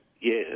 yes